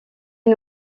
est